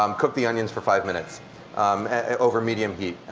um cooked the onions for five minutes over medium heat.